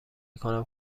کنم